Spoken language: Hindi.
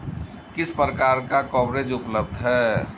किस प्रकार का कवरेज उपलब्ध है?